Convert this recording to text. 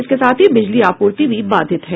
इसके साथ ही बिजली आपूर्ति भी बाधित है